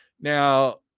Now